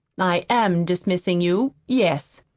i am dismissing you yes.